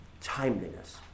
timeliness